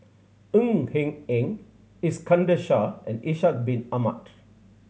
Ng Hen Eng Iskandar Shah and Ishak Bin Ahmad